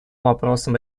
вопросам